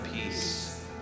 peace